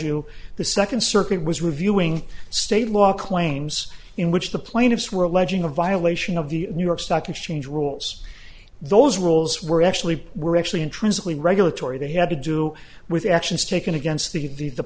you the second circuit was reviewing state law claims in which the plaintiffs were alleging a violation of the new york stock exchange rules those rules were actually were actually intrinsically regulatory they had to do with actions taken against the the